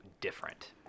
different